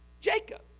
jacob